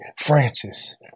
Francis